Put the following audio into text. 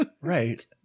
Right